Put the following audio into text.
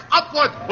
upward